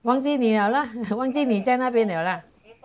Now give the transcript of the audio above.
忘记你了啦忘记你在那边了啦